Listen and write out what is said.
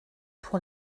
pour